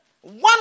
one